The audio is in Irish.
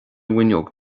bhfuinneog